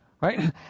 right